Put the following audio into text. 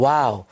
Wow